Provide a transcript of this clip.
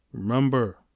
Remember